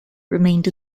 remained